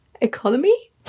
economy